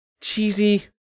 cheesy